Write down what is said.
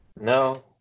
No